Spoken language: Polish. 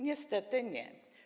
Niestety nie.